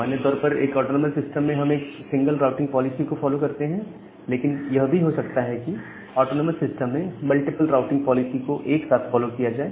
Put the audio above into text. सामान्य तौर पर एक ऑटोनॉमस सिस्टम में हम एक सिंगल राउटिंग पॉलिसी को फॉलो करते हैं लेकिन यह भी हो सकता है कि ऑटोनॉमस सिस्टम में मल्टीपल राउटिंग पॉलिसी को एक साथ फॉलो किया जाए